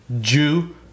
Jew